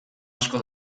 asko